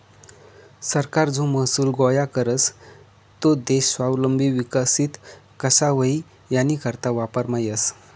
सरकार जो महसूल गोया करस तो देश स्वावलंबी विकसित कशा व्हई यानीकरता वापरमा येस